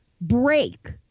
break